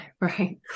Right